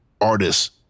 artists